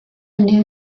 new